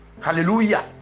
Hallelujah